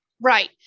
Right